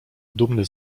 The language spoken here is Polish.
dumny